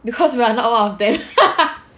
because we are not one of them